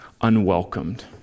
unwelcomed